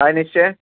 हाय निश्चय